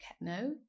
no